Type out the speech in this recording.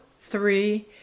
three